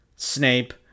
Snape